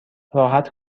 راحت